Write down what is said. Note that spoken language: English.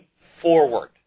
forward